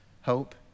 hope